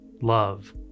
love